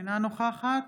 אינה נוכחת